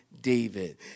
David